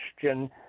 question